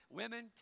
women